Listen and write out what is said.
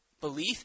belief